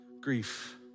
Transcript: grief